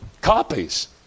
copies